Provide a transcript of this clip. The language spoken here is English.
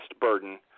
burden